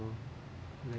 like